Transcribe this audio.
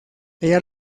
ella